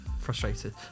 frustrated